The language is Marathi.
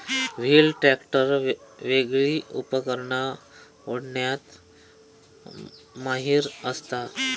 व्हील ट्रॅक्टर वेगली उपकरणा ओढण्यात माहिर असता